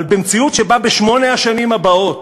אבל במציאות שבה בשמונה השנים הבאות